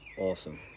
Awesome